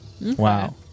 wow